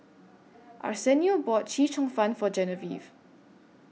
Arsenio bought Chee Cheong Fun For Genevieve